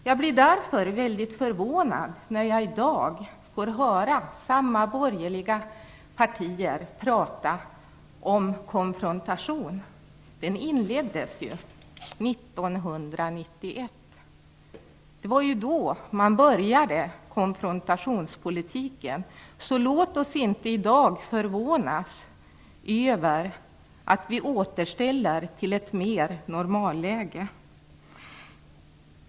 Jag blir därför väldigt förvånad när jag i dag får höra samma borgerliga partier tala om konfrontation. Den inleddes ju 1991. Det var då man började konfrontationspolitiken. Så förvånas inte i dag över att vi återställer till ett mera normalt läge.